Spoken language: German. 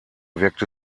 wirkte